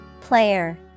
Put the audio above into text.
Player